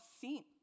seen